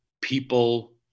people